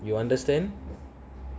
you understand